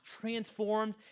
transformed